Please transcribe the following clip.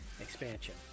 expansion